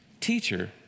Teacher